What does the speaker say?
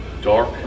Dark